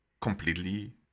completely